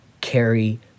carry